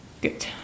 Good